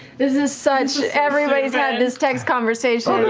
this is such everybody's had this text conversation